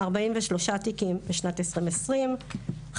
43 תיקים בשנת 2020,